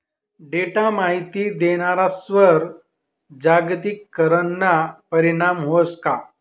Data माहिती देणारस्वर जागतिकीकरणना परीणाम व्हस का?